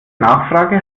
nachfrage